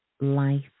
life